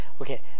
okay